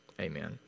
Amen